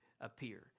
appear